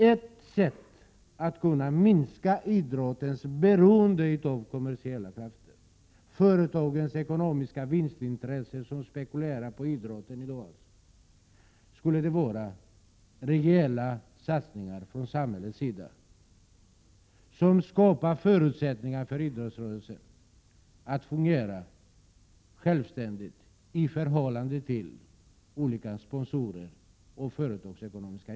Ett sätt att minska idrottens beroende av kommersiella krafter, av företag som av ekonomiskt vinstintresse spekulerar i idrotten, är att samhället satsar rejält på idrottsrörelsen, vilket skapar förutsättningar för idrottsrörelsen att fungera självständigt i förhållande till olika sponsorer och företagsekonomis — Prot.